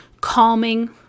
calming